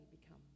become